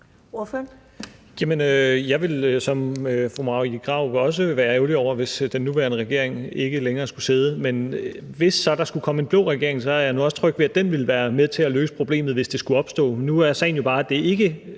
også være ærgerlig, hvis den nuværende regering ikke længere skulle sidde, men hvis der så skulle komme en blå regering, er jeg nu også tryg ved, at den ville være med til at løse problemet, hvis det skulle opstå. Nu er sagen jo bare, at det her